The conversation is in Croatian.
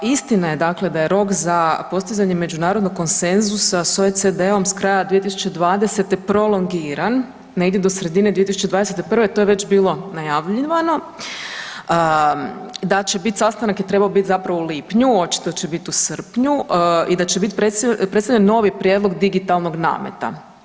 Istina je da je rok za postizanje međunarodnog konsenzusa s OECD-om s kraja 2020. prolongiran negdje do sredine 2021. to je već bilo najavljivano, da će biti sastanak, a trebao je biti zapravo u lipnju, očito će biti u srpnju i da će biti predstavljen novi prijedlog digitalnog nameta.